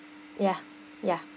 ya ya